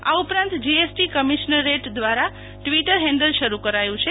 આ ઉપરાંત જીએસટી કમિશનરેટ દ્વારા ટિવટર હેન્ડલ શરૂ કરાયું છે